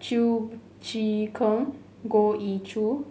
Chew Choo Keng Goh Ee Choo